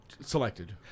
Selected